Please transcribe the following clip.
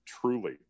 truly